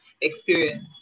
experience